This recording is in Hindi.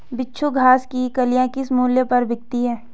बिच्छू घास की कलियां किस मूल्य पर बिकती हैं?